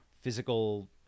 physical